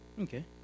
Okay